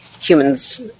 humans